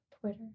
Twitter